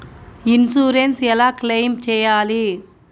Insurance ఎలా claim చేయాలి?